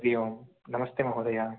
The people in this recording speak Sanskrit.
हरिः ओम् नमस्ते महोदय